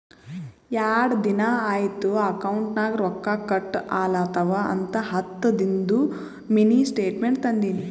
ಯಾಡ್ ದಿನಾ ಐಯ್ತ್ ಅಕೌಂಟ್ ನಾಗ್ ರೊಕ್ಕಾ ಕಟ್ ಆಲತವ್ ಅಂತ ಹತ್ತದಿಂದು ಮಿನಿ ಸ್ಟೇಟ್ಮೆಂಟ್ ತಂದಿನಿ